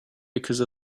because